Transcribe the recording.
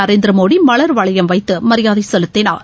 நரேந்திரமோடி மலர்வளையம் வைத்து மரியாதை செலுத்தினார்